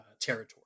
territory